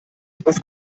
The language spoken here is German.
was